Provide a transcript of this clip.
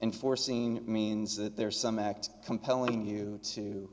enforcing means that there's some act compelling you to